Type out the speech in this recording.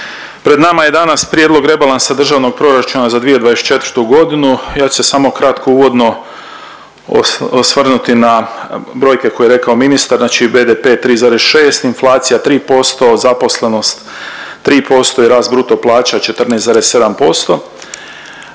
pred nama danas prijedlog rebalansa državnog proračuna za 2024. ja ću se samo kratko uvodno osvrnuti na brojke koje je rekao ministar. Znači BDP 3,6, inflacija 3%, zaposlenost 3% i rast bruto plaća 14,7%